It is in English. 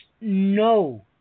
no